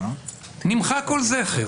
נמחק כל זכר.